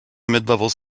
midlevels